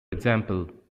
example